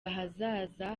ahazaza